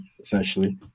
essentially